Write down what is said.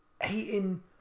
Hating